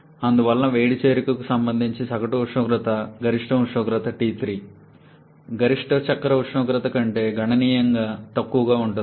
అందువలన వేడి చేరికకు సంబంధించిన సగటు ఉష్ణోగ్రత గరిష్ట ఉష్ణోగ్రత T3 గరిష్ట చక్ర ఉష్ణోగ్రత కంటే గణనీయంగా తక్కువగా ఉంటుంది